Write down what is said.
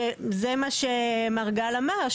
שזה מה שמר גל אמר,